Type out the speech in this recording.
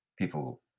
people